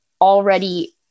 already